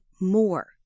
more